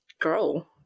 girl